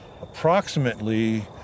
approximately